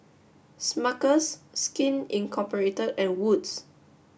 Smuckers Skin Incorporate and Wood's